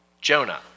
Jonah